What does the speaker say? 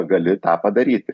gali tą padaryti